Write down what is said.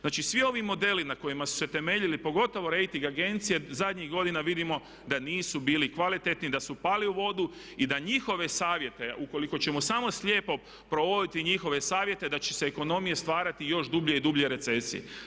Znači svi ovi modeli na kojima su se temeljili pogotovo rejting agencije zadnjih godina vidimo da nisu bili kvalitetni, da su pali u vodu i da njihove savjete ukoliko ćemo samo slijepo provoditi njihove savjete da će se ekonomije stvarati još dublje i dublje recesije.